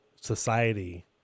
society